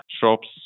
Shops